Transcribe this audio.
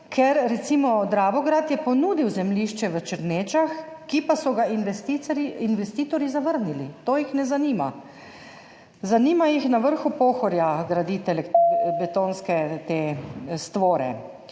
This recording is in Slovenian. Ker Dravograd je recimo ponudil zemljišče v Črnečah, ki pa so ga investitorji zavrnili. To jih ne zanima. Zanima jih na vrhu Pohorja graditi betonske stvore.